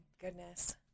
goodness